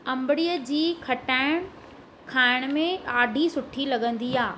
अंबड़ीअ जी खटाइण खाइण में ॾाढी सुठी लॻंदी आहे